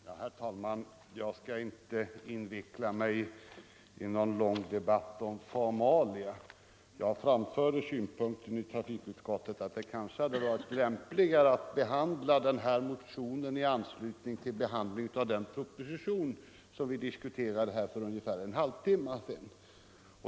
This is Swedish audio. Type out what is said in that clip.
Herr talman! Jag skall inte inveckla mig i någon lång debatt om for 153 malia. Jag framförde i trafikutskottet synpunkten, att det kanske hade varit lämpligare att behandla den här motionen i anslutning till behandlingen av den proposition som vi diskuterade här för ungefär en halvtimme sedan.